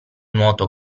nuoto